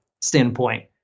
standpoint